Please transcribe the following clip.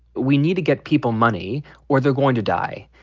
we need to get people money or they're going to die,